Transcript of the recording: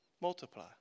multiply